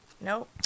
nope